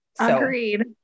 Agreed